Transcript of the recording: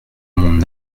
mon